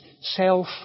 self